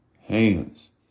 hands